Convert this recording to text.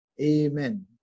Amen